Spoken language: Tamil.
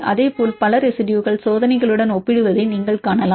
அதேபோல் பல ரெசிடுயுகள் சோதனைகளுடன் ஒப்பிடுவதை நீங்கள் காணலாம்